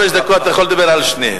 25 דקות, אתה יכול לדבר על שניהם.